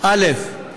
של